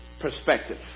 perspective